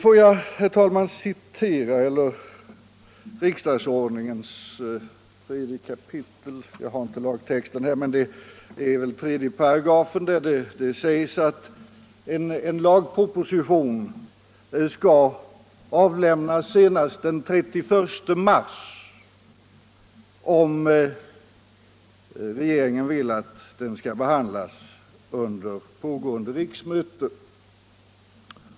Får jag, herr talman, referera till riksdagsordningens bestämmelse — jag har inte lagtexten här, men jag tror att det är 3 kap. 3 §— att en lagproposition skall avlämnas senast den 31 mars om regeringen vill att den skall behandlas under pågående riksmöte.